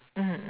mm mm